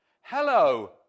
Hello